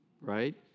right